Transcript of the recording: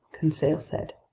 conseil said.